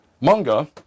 manga